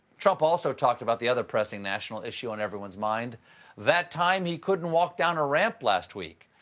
trump also talked about the other pressing national issue on everyone's mind that time he couldn't walk down a ramp last week.